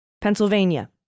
Pennsylvania